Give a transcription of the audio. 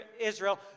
Israel